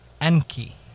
Enki